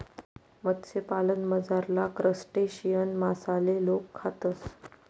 मत्स्यपालनमझारला क्रस्टेशियन मासाले लोके खातस